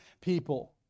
people